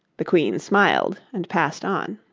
the queen smiled and passed on.